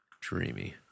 dreamy